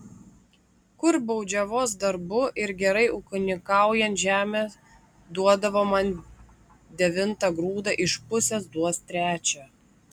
kur baudžiavos darbu ir gerai ūkininkaujant žemė duodavo man devintą grūdą iš pusės duos trečią